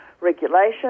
regulation